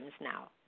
now